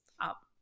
up